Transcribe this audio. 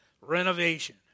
renovation